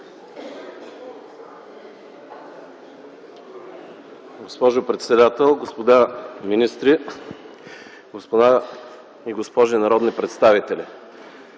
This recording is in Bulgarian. Госпожо председател, господа министри, господа и госпожи народни представители!